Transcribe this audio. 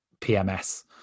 PMS